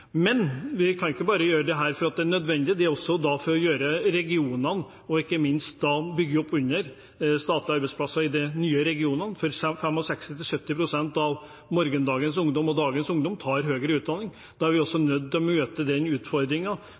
Vi kan ikke gjøre dette bare fordi det er nødvendig, men også for – ikke minst – å bygge opp under statlige arbeidsplasser i de nye regionene, for 65–70 pst. av morgendagens ungdom, og dagens ungdom, tar høyere utdanning. Da er vi også nødt til å møte den